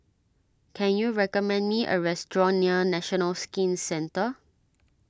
can you recommend me a restaurant near National Skin Centre